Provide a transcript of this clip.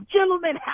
gentlemen